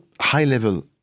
high-level